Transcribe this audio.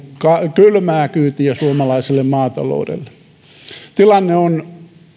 kylmää kyytiä suomalaiselle maataloudelle tilanne on